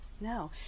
no